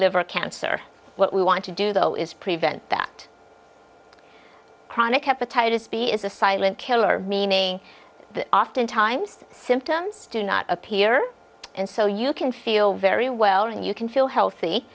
liver cancer what we want to do though is prevent that chronic hepatitis b is a silent killer meaning that oftentimes symptoms do not appear and so you can feel very well and you can feel healthy